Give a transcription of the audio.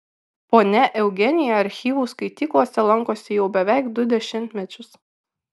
ponia eugenija archyvų skaityklose lankosi jau beveik du dešimtmečius